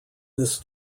this